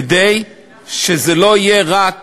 כדי שזה לא יהיה רק